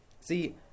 See